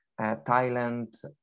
Thailand